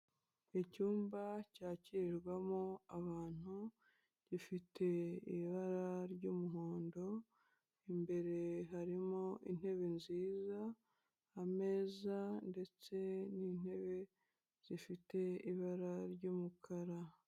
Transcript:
Icyumba cyakirirwamo abantu gifite ibara ry'umuhondo, imbere harimo intebe nziza ameza ndetse n'intebe zifite ibara ry'umukara.